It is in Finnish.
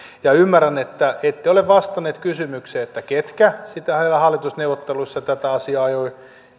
ymmärrän että ette ole vastannut kysymykseen ketkä hallitusneuvotteluissa tätä asiaa ajoivat